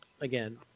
again